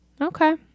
okay